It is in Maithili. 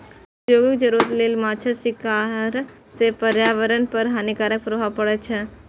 औद्योगिक जरूरत लेल माछक शिकार सं पर्यावरण पर हानिकारक प्रभाव पड़ै छै